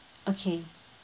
okay